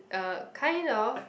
uh kind of